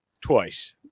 twice